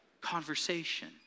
conversation